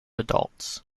adults